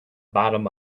bottom